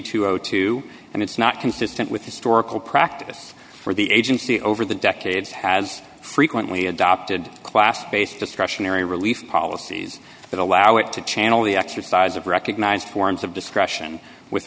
and two and it's not consistent with historical practice for the agency over the decades has frequently adopted class based discretionary relief policies that allow it to channel the exercise of recognized forms of discretion with